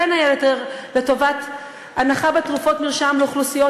בין היתר לטובת הנחה בתרופות מרשם לאוכלוסיות